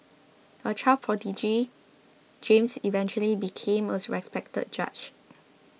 a child prodigy James eventually became a respected judge